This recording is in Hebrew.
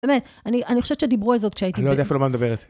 באמת, אני חושבת שדיברו על זאת כשהייתי... אני לא יודע אפילו על מה את מדברת.